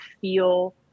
feel